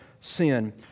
sin